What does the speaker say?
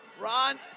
Ron